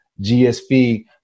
GSP